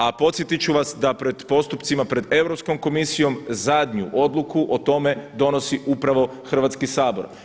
A podsjetit ću vas da pred postupcima pred Europskom komisijom zadnju odluku o tome donosi upravo Hrvatski sabor.